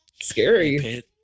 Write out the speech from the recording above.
Scary